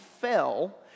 fell